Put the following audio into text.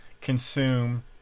consume